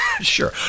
sure